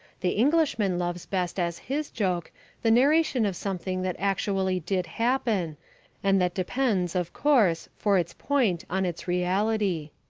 the englishman loves best as his joke the narration of something that actually did happen and that depends, of course for its point on its reality.